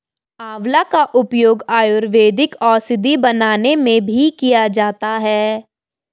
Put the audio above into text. आंवला का उपयोग आयुर्वेदिक औषधि बनाने में भी किया जाता है